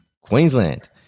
Queensland